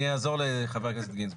אני אעזור לחבר הכנסת גינזבורג.